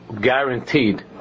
guaranteed